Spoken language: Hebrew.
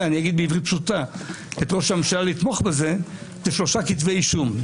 את ראש הממשלה לתמוך בזה זה שלושה כתבי אישום.